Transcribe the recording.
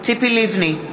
ציפי לבני,